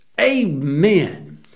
Amen